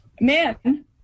men